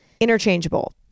Interchangeable